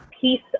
piece